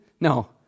No